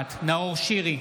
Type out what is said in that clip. נוכחת נאור שירי,